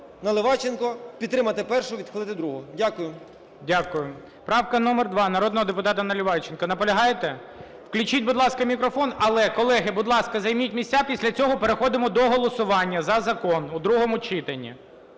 Наливайченком, підтримати першу, відкликати другу. Дякую. ГОЛОВУЮЧИЙ. Дякую. Правка номер 2, народного депутата Наливайченка. Наполягаєте? Включіть, будь ласка, мікрофон. Але, колеги, будь ласка, займіть місця, після цього переходимо до голосування за закон у другому читанні.